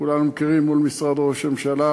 שכולם מכירים, מול משרד ראש הממשלה,